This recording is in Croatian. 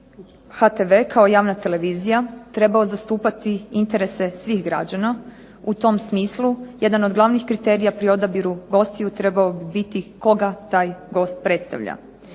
HTV kao javna televizija trebao zastupati interese svih građana. u tom smislu jedan od glavnih kriterija pri odabiru gostiju trebao bi biti koga taj gost predstavlja.